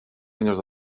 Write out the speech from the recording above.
senyors